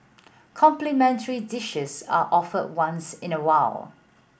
complimentary dishes are offered once in a while